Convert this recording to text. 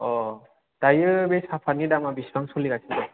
अ दायो बे साफाटनि दामा बेसेबां सोलिगासिनो दं